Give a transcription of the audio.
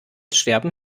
sterben